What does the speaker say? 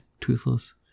toothless